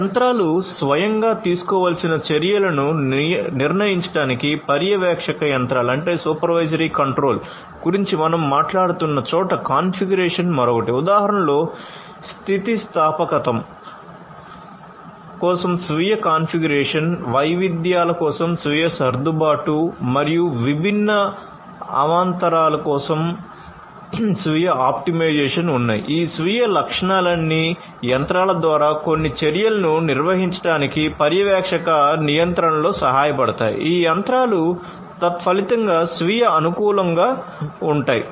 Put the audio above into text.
యంత్రాలు స్వయంగా తీసుకోవలసిన చర్యలను నిర్ణయించడానికి పర్యవేక్షక నియంత్రణ ఉంటాయి